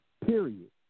period